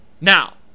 Now